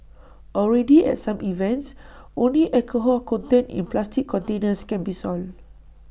already at some events only alcohol contained in plastic containers can be sold